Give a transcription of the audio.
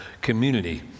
community